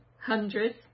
hundreds